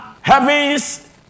Heaven's